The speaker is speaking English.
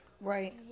Right